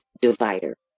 divider